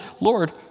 Lord